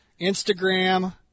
Instagram